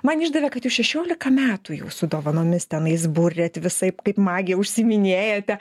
man išdavė kad jūs šešiolika metų jau su dovanomis tenais buriat visaip kaip magija užsiiminėjate